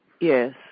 Yes